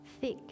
thick